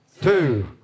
two